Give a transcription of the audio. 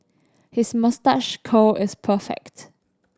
his moustache curl is perfect